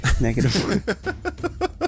negative